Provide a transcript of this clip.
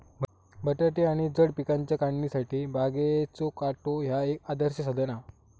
बटाटे आणि जड पिकांच्या काढणीसाठी बागेचो काटो ह्या एक आदर्श साधन हा